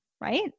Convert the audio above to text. right